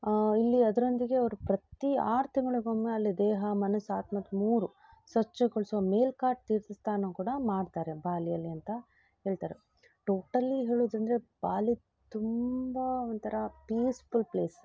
ಇಲ್ಲಿ ಅದರೊಂದಿಗೆ ಅವರು ಪ್ರತಿ ಆರು ತಿಂಗಳಿಗೊಮ್ಮೆ ಅಲ್ಲಿ ದೇಹ ಮನಸ್ಸು ಆತ್ಮದ ಮೂರು ಸ್ವಚ್ಛಗೊಳಿಸುವ ಮೇಲ್ಕಾಟ್ ತೀರ್ಥಸ್ನಾನ ಕೂಡ ಮಾಡ್ತಾರೆ ಬಾಲಿಯಲ್ಲಿ ಅಂತ ಹೇಳ್ತಾರೆ ಟೋಟಲಿ ಹೇಳುದಂದರೆ ಬಾಲಿ ತುಂಬ ಒಂಥರ ಪೀಸ್ಫುಲ್ ಪ್ಲೇಸ್